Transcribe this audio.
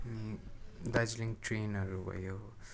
अनि दार्जिलिङ ट्रेनहरू भयो